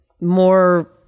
more